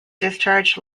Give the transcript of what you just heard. discharged